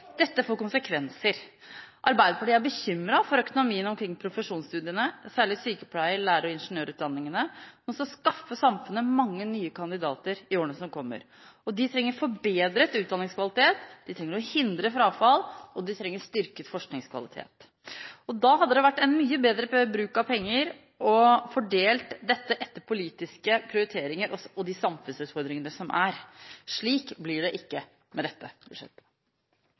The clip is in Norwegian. Dette får konsekvenser. Arbeiderpartiet er bekymret for økonomien omkring profesjonsstudiene, særlig sykepleier-, lærer- og ingeniørutdanningene, som skal skaffe samfunnet mange nye kandidater i årene som kommer. De trenger forbedret utdanningskvalitet, de trenger å hindre frafall, og det trenger styrket forskningsaktivitet. Da hadde det vært en mye bedre bruk av penger å fordele dette etter politiske prioriteringer og de samfunnsutfordringene som er. Slik blir det ikke med dette budsjettet.